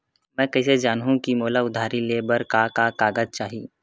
मैं कइसे जानहुँ कि मोला उधारी ले बर का का कागज चाही?